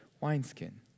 Wineskin